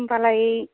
होम्बालाय